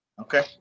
Okay